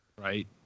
Right